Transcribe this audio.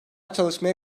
çalışmaya